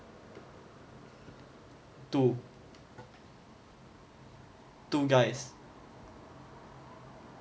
two two guys